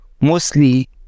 mostly